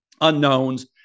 unknowns